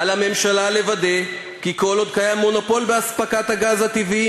על הממשלה לוודא כי כל עוד קיים מונופול באספקת הגז הטבעי,